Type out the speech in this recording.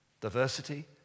Diversity